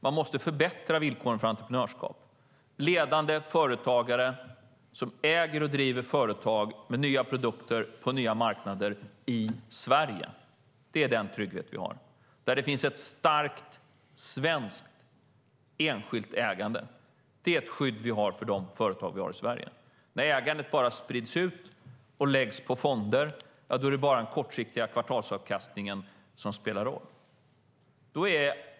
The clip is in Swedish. Vi måste förbättra villkoren för entreprenörskap. Ledande företagare som äger och driver företag med nya produkter på nya marknader i Sverige är den trygghet vi har. Det ska finnas ett starkt svenskt enskilt ägande. Det är ett skydd vi har för de företag som finns i Sverige. När ägandet sprids ut, läggs på fonder, är det bara den kortsiktiga kvartalsavkastningen som spelar roll.